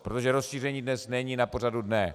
Protože rozšíření dnes není na pořadu dne.